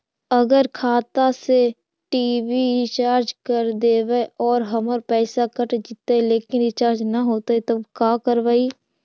अगर खाता से टी.वी रिचार्ज कर देबै और हमर पैसा कट जितै लेकिन रिचार्ज न होतै तब का करबइ?